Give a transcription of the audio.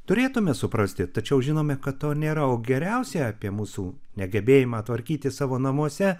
turėtume suprasti tačiau žinome kad to nėra o geriausiai apie mūsų negebėjimą tvarkytis savo namuose